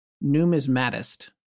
Numismatist